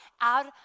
out